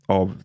av